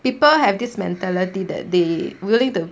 people have this mentality that they willing to